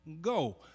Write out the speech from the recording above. go